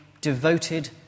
devoted